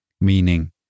meaning